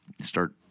start